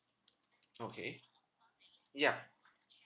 okay ya